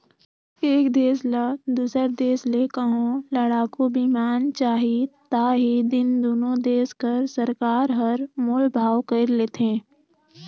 एक देस ल दूसर देस ले कहों लड़ाकू बिमान चाही ता ही दिन दुनो देस कर सरकार हर मोल भाव कइर लेथें